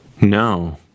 No